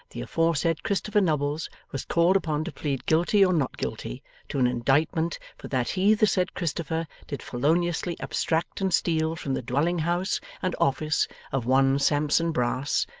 the aforesaid christopher nubbles was called upon to plead guilty or not guilty to an indictment for that he the said christopher did feloniously abstract and steal from the dwelling-house and office of one sampson brass,